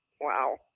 Wow